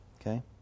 Okay